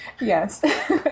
yes